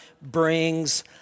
brings